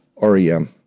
REM